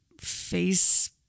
face